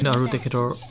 and our ticket or